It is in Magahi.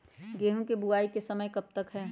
गेंहू की बुवाई का समय कब तक है?